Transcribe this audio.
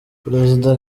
perezida